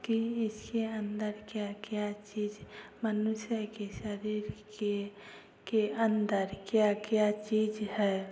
कि इसके अंदर क्या क्या चीज मनुष्य के शरीर के के अंदर क्या क्या चीज है